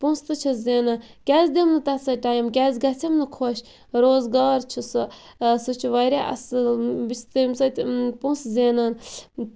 پونٛسہٕ تہٕ چھَس زینان کیاز دِم نہٕ تَتھ سۭتۍ ٹایم کیاز گَژھیٚم نہٕ خۄش روزگار چھِ سۄ سُہ چھ واریاہ اصل بہٕ چھَس تمہِ سۭتۍ پونٛسہٕ زینان